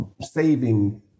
saving